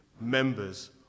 members